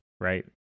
right